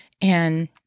And-